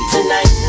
Tonight